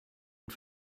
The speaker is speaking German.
und